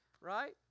right